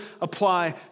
apply